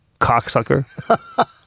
cocksucker